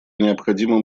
необходимо